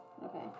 Okay